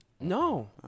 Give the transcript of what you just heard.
No